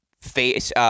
face –